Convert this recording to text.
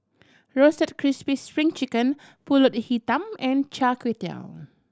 Roasted Crispy Spring Chicken Pulut Hitam and Char Kway Teow